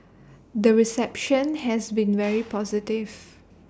the reception has been very positive